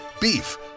Beef